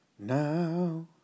Now